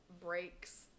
breaks